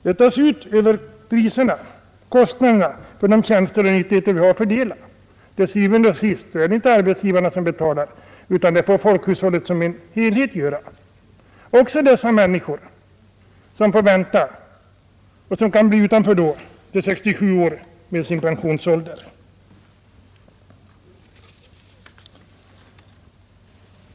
Det är där vi tar ut kostnaderna för de tjänster och nyttigheter vi har att fördela. Til syvende og sidst är det inte arbetsgivarna som betalar, utan det får folkhushållet som helhet göra — också dessa människor som blir utanför och får vänta till 67 år för att få sin pension.